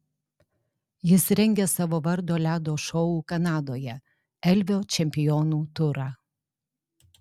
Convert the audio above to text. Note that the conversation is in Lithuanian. jis rengia savo vardo ledo šou kanadoje elvio čempionų turą